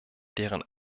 deren